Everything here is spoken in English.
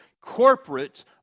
corporate